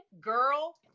girl